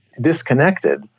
disconnected